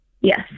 Yes